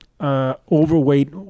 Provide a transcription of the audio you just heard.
overweight